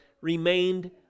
remained